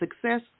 success